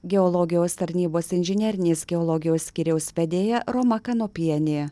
geologijos tarnybos inžinerinės geologijos skyriaus vedėja roma kanopienė